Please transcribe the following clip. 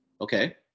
Okay